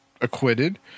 acquitted